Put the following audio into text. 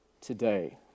today